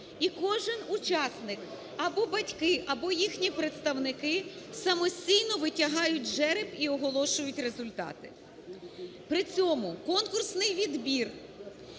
і кожен учасник або батьки, або їхні представники самостійно витягають жереб і оголошують результати. При цьому конкурсний відбір